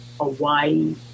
Hawaii